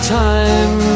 time